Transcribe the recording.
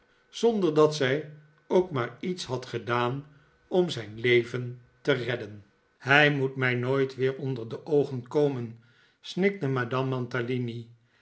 zonder dat zij ook maar iets had gedaan om zijn leven t'e redden hij moet mij nooit weer onder de oogen komen snikte madame